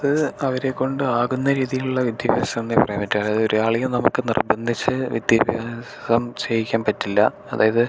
അത് അവരെക്കൊണ്ട് ആകുന്ന രീതിയിലുള്ള വിദ്യാഭ്യാസം എന്നെ പറയാൻ പറ്റൂ അതായത് ഒരാളെയും നമുക്ക് നിർബന്ധിച്ച് വിദ്യാഭ്യാസം ചെയ്യിക്കാൻ പറ്റില്ല അതായത്